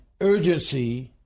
urgency